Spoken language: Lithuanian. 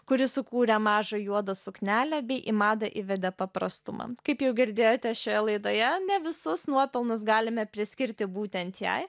kuri sukūrė mažą juodą suknelę bei į madą įvedė paprastumą kaip jau girdėjote šioje laidoje ne visus nuopelnus galime priskirti būtent jai